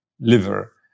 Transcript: liver